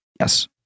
Yes